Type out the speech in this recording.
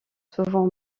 souvent